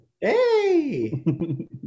Hey